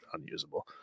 unusable